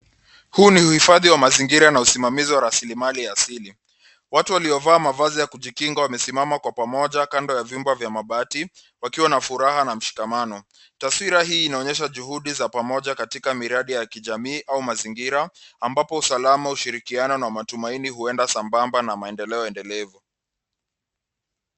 Huu ni uhifadhi wa mazingira na usimamazi wa rasilimali asili, Watu waliovaa mavazi ya kujikinga wamesimama kwa pamoja kando ya vyumba vya mabati, wakiwa na furaha na mshikamano. Taswira hii inaoonyesha juhudi za pamoja katika miradi ya kijamii au mazingira, ambapo usalama, ushirikiano na matumaini huenda sambamba na maendeleo endelevu.